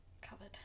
covered